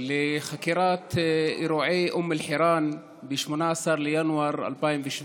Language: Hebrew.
לחקירת אירועי אום אל-חיראן ב-18 בינואר 2017,